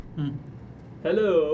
Hello